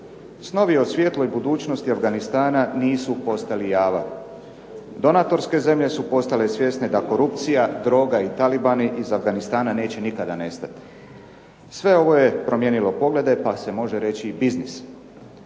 Snovi o svijetloj budućnosti Afganistana nisu postali java. Donatorske zemlje su postale svjesne da korupcija, droga i talibani iz Afganistana neće nikada nestati. Sve ovo je promijenilo poglede, pa se može reći i biznis.